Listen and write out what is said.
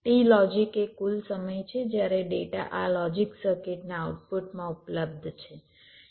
t logic એ કુલ સમય છે જ્યારે ડેટા આ લોજિક સર્કિટના આઉટપુટમાં ઉપલબ્ધ છે